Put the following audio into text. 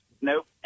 Nope